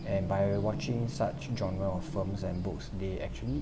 and by watching such genre of films and books they actually